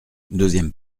deuxième